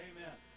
Amen